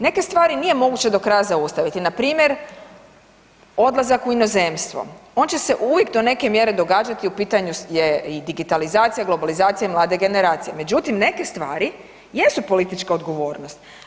Neke stvari nije moguće do kraja zaustaviti npr. odlazak u inozemstvo, on će se uvijek do neke mjere događati u pitanju je i digitalizacija, globalizacija mlade generacije, međutim neke stvari jesu politička odgovornost.